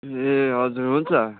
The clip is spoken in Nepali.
ए हजुर हुन्छ